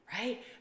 Right